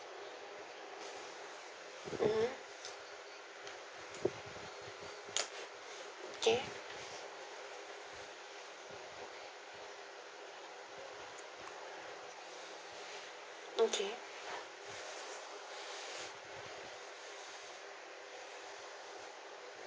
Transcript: mmhmm okay okay